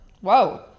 Whoa